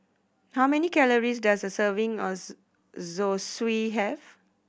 how many calories does a serving of Zosui have